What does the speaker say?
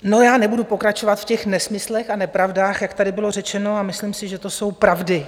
No, já nebudu pokračovat v těch nesmyslech a nepravdách, jak tady bylo řečeno, a myslím si, že to jsou pravdy.